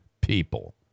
people